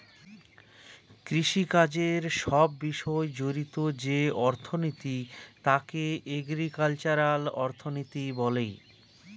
কৃষিকাজের সব বিষয় জড়িত যে অর্থনীতি তাকে এগ্রিকালচারাল অর্থনীতি বলে